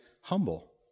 humble